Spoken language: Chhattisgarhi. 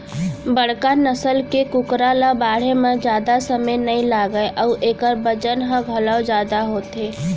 बड़का नसल के कुकरा ल बाढ़े म जादा समे नइ लागय अउ एकर बजन ह घलौ जादा होथे